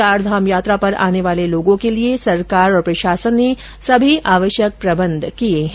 चारधाम यात्रा पर आने वाले लोगों के लिए सरकार और प्रशासन ने सभी आवश्यक प्रबन्ध किए हैं